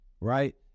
right